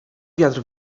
wiatr